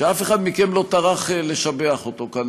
שאף אחד מכם לא טרח לשבח אותו כאן,